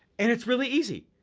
and it's really easy.